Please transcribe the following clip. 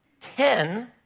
Ten